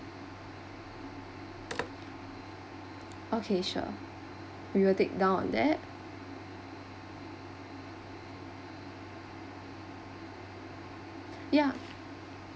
okay sure we will take down on that yeah